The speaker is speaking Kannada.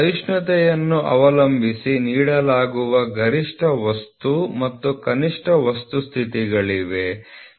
ಸಹಿಷ್ಣುತೆಯನ್ನು ಅವಲಂಬಿಸಿ ನೀಡಲಾಗುವ ಗರಿಷ್ಠ ವಸ್ತು ಮತ್ತು ಕನಿಷ್ಠ ವಸ್ತು ಸ್ಥಿತಿಗಳಿವೆ